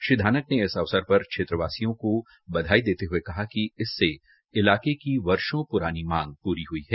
श्री धानक ने इस अवसर पर क्षेत्र वासियों को बधाई देते हुये कहा कि इससे इलाके की वर्षो पुरानी मांग पूरी हई है